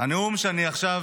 הנאום שאני אנאם עכשיו,